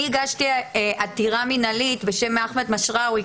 אני הגשתי עתירה מינהלית בשם אחמד משהראוי,